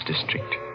District